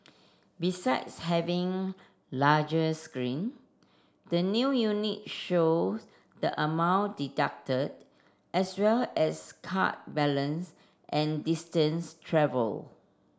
besides having larger screen the new unit show the amount deducted as well as card balance and distance travelled